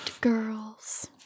girls